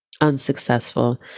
unsuccessful